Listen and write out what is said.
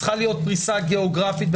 צריכה להיות פריסה גיאוגרפית,